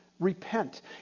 Repent